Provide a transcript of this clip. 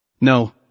No